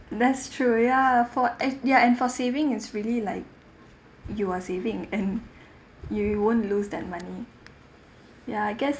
that's true ya for eh ya and for saving it's really like you are saving and you you won't lose that money ya I guess